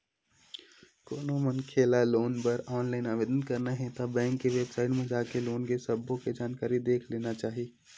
कोनो मनखे ल लोन बर ऑनलाईन आवेदन करना हे ता बेंक के बेबसाइट म जाके लोन के सब्बो के जानकारी देख लेना चाही